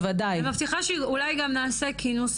בדיוק, בסוף זה חייב להיות.